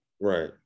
right